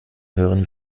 höheren